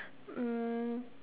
um